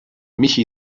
michi